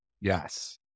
Yes